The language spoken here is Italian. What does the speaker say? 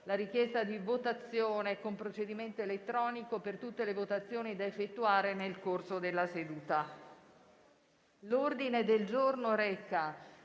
la richiesta di votazione con procedimento elettronico per tutte le votazioni da effettuare nel corso della seduta. La richiesta